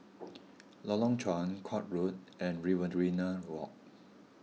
Lorong Chuan Court Road and Riverina Walk